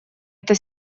это